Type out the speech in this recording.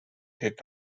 did